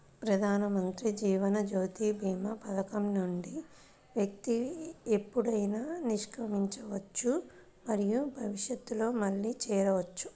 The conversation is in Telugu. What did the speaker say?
ప్రధానమంత్రి జీవన్ జ్యోతి భీమా పథకం నుండి వ్యక్తి ఎప్పుడైనా నిష్క్రమించవచ్చు మరియు భవిష్యత్తులో మళ్లీ చేరవచ్చు